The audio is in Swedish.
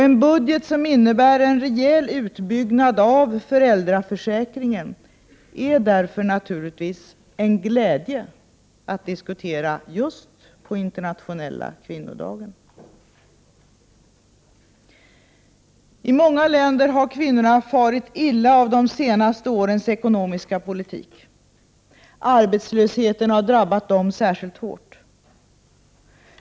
En budget som innebär en rejäl utbyggnad av föräldraförsäkringen är därför naturligtvis en glädje att diskutera just på internationella kvinnodagen. I många länder har kvinnorna farit illa av de senaste årens ekonomiska politik. Arbetslösheten har drabbat dem särskilt hårt.